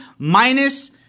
Minus